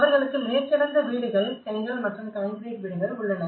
அவர்களுக்கு மிகச் சிறந்த வீடுகள் செங்கல் மற்றும் கான்கிரீட் வீடுகள் உள்ளன